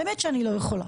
באמת שאני לא יכולה.